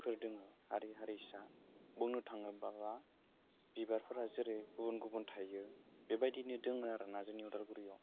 हारि हारिसा बुंनो थाङोब्ला बिबारफोरा जेरै गुबुन गुबुन थायो बेबायदिनो दोङो आरो ना जोंनि उदालगुरियाव